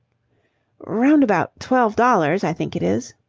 round about twelve dollars, i think it is.